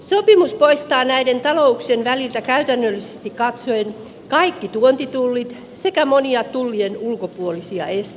sopimus poistaa näiden talouksien väliltä käytännöllisesti katsoen kaikki tuontitullit sekä monia tullien ulkopuolisia esteitä